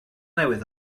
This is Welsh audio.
newydd